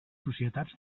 societats